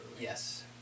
yes